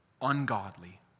ungodly